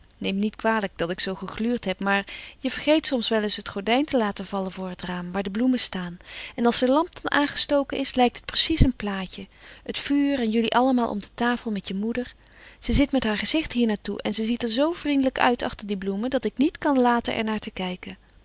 neem me niet kwalijk dat ik zoo gegluurd heb maar je vergeet soms wel eens het gordijn te laten vallen voor het raam waar de bloemen staan en als de lamp dan aangestoken is lijkt het precies een plaatje het vuur en jullie allemaal om de tafel met je moeder ze zit met haar gezicht hier naar toe en ze ziet er zoo vriendelijk uit achter die bloemen dat ik niet kan laten er naar te kijken